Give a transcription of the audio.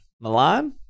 Milan